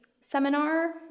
seminar